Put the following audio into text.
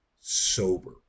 sober